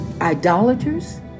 idolaters